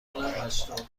حمایت